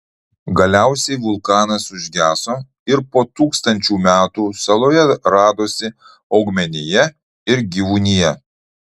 galiausiai vulkanas užgeso ir po tūkstančių metų saloje radosi augmenija ir gyvūnija